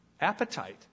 Appetite